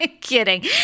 kidding